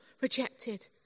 rejected